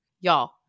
y'all